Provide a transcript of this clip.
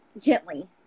gently